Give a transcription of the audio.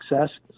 Success